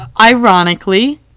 ironically